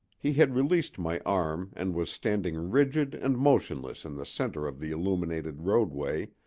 he had released my arm and was standing rigid and motionless in the center of the illuminated roadway,